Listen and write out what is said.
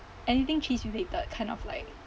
anything cheese related kind of like